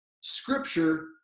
scripture